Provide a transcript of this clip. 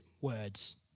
words